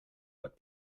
that